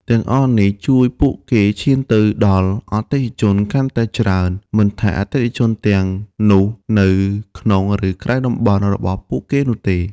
ទាំងអស់នេះ ជួយពួកគេឈានទៅដល់អតិថិជនកាន់តែច្រើន មិនថាអតិថិជនទាំងនោះនៅ ក្នុង ឬក្រៅតំបន់ របស់ពួកគេនោះទេ។